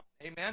Amen